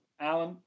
Alan